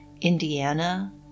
Indiana